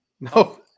No